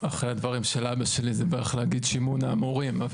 אחרי הדברים של אבא שלי זה בערך להגיד --- אבל בסדר.